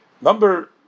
Number